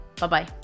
Bye-bye